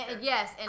Yes